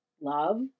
love